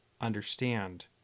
understand